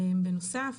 בנוסף,